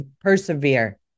persevere